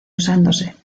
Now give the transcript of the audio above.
usándose